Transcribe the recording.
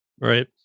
Right